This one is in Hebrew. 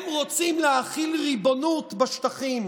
הם רוצים להחיל ריבונות בשטחים